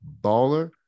baller